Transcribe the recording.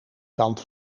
kant